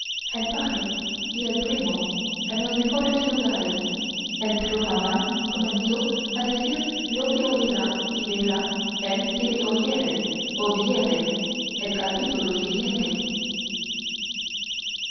el paje y el primo en los mejores lugares el trujamán comenzó a decir lo que oirá y verá el que le oyere o viere el capítulo siguiente